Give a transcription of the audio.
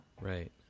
Right